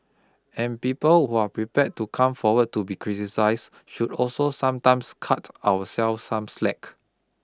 and people who are prepared to come forward to be criticised should also sometimes cut ourselves some slack